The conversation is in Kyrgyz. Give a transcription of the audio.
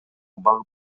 багып